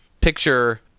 picture